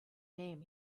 name